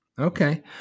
Okay